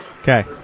Okay